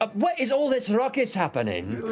um what is all this ruckus happening?